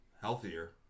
healthier